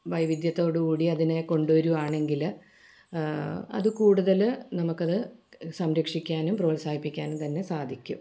വൈവിദ്യത്തോടുകൂടി അതിനെ കൊണ്ടു വരിക ആണെങ്കിൽ അത് കൂടുതൽ നമുക്ക് അത് സംരക്ഷിക്കാനും പ്രോത്സാഹിപ്പിക്കാനും തന്നെ സാധിക്കും